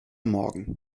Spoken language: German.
morgen